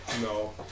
No